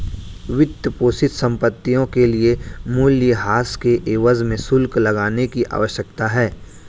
वित्तपोषित संपत्तियों के लिए मूल्यह्रास के एवज में शुल्क लगाने की आवश्यकता है